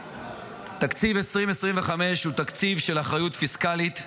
תקציב 2025 הוא תקציב של אחריות פיסקלית.